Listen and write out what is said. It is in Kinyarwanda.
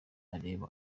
areba